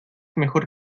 mejor